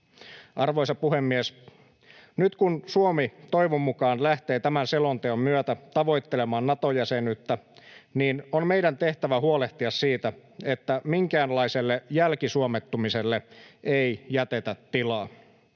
Arvoisa puhemies! Nyt kun Suomi toivon mukaan lähtee tämän selonteon myötä tavoittelemaan Nato-jäsenyyttä, on meidän tehtävämme huolehtia siitä, että minkäänlaiselle jälkisuomettumiselle ei jätetä tilaa.